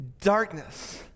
darkness